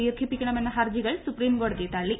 ദീർഘിപ്പിക്കണമെന്ന ഹർജികൾ സുപ്രീം കോടതി തള്ളി